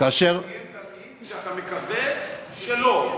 ובוא תציין תמיד שאתה מקווה שלא.